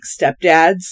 stepdads